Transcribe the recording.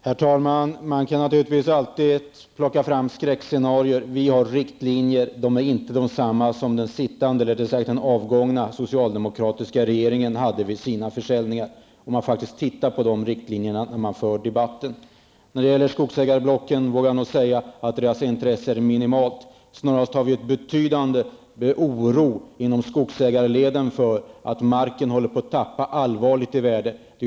Herr talman! Man kan naturligtvis alltid plocka fram skräckscenarier. Vi har riktlinjer, och de är inte desamma som den avgångna socialdemokratiska regeringen hade vid sina försäljningar. När det gäller skogsägarblocken vågar jag nog säga att deras intresse är minimalt. Det råder snarast en betydande oro inom skogsägarleden för att marken håller på att tappa allvarligt i värde.